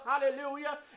hallelujah